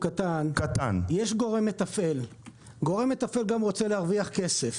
יש גורם מתפעל וגם הוא רוצה להרוויח כסף.